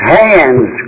hands